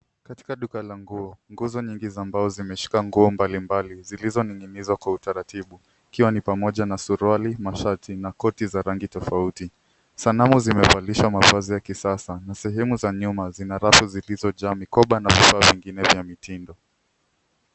Katika duka la nguo, nguzo nyingi za mbao zimeshika nguo mbali mbali zilizoning'inizwa kwa utaratibu, ikiwa ni pamoja na suruali, mashati na koti za rangi tofauti. Sanamu zimevalisha mavazi ya kisasa na sehemu za nyuma zina rafu zilizojaa mikoba na vifaa vingine vya mitindo.